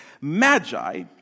magi